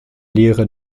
lehre